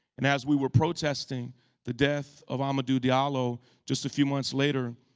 and as we were protesting the death of amadou diallo just a few months later,